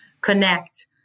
connect